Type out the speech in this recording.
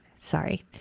sorry